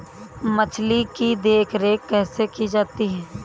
मछली की देखरेख कैसे की जाती है?